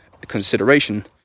consideration